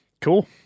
Cool